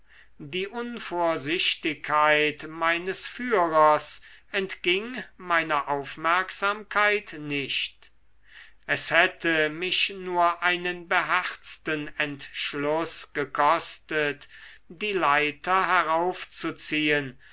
die unvorsichtigkeit meines führers entging meiner aufmerksamkeit nicht es hätte mich nur einen beherzten entschluß gekostet die leiter heraufzuziehen